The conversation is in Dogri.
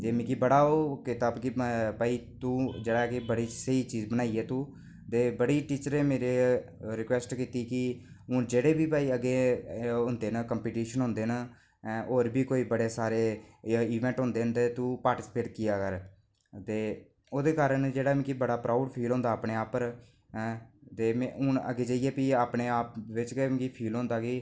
ते मिगी बड़ा ओह् कीता भाई तू जेह्का कि बड़ी स्हेई चीज बनाई ऐ तूं ते बड़ी टीचरें मिगी रिकवैस्ट कीती कि हून जेह्के बी अग्गैं होंदे न कंपिटिशन होंदे न होर बी कोई बड़े सारे इंवैट होंदे न ते तूं पार्टिसिपेट करा कर ते ओह्दे कारण मिगी बड़ा प्राऊड़ फील होंदा अपना उप्पर ते हून अग्गैं जाइयै मिगी अपने आप बिच्च गै फील होंदा कि